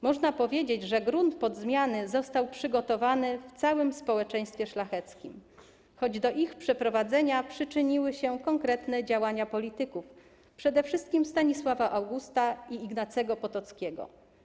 Można powiedzieć, że grunt pod zmiany został przygotowany w całym społeczeństwie szlacheckim, choć do ich przeprowadzenia przyczyniły się konkretne działania polityków, przede wszystkim Stanisława Augusta i Ignacego Potockiego.